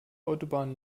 autobahn